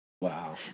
Wow